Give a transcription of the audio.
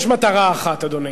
יש מטרה אחת, אדוני,